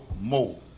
more